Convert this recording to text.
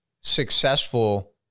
successful